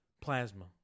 Plasma